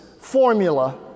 formula